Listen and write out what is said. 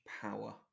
power